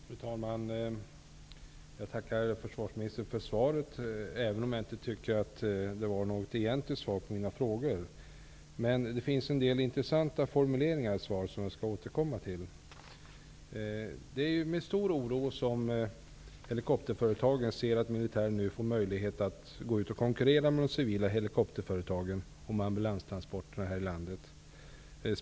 Fru talman! Jag tackar försvarsministern för svaret, trots att jag inte tycker att jag fick något egentligt svar på mina frågor. Det finns emellertid en del intressanta formuleringar i svaret som jag skall återkomma till. Det är med stor oro helikopterföretagen ser att militären nu ges möjlighet att konkurrera med de civila helikopterföretagen om ambulanstransporterna här i landet.